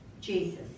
Jesus